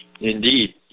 Indeed